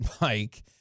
Mike